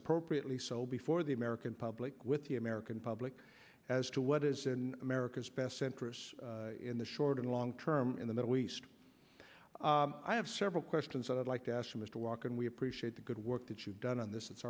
appropriately so before the american public with the american public as to what is in america's best interests in the short and long term in the middle east i have several questions i'd like to ask you mr walker and we appreciate the good work that you've done on this it's